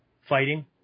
fighting